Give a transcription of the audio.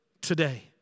today